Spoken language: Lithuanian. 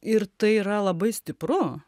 ir tai yra labai stipru